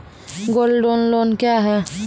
Gold loan loan क्या हैं?